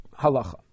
halacha